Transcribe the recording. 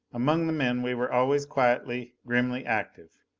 among the men, we were always quietly, grimly active.